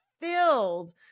filled